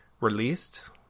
released